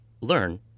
learn